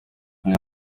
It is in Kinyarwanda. umwe